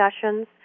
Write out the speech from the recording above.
discussions